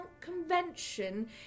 Convention